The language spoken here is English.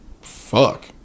fuck